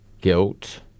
guilt